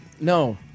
No